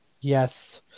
Yes